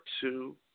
two